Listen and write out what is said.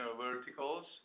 verticals